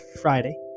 friday